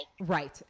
Right